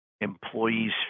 employees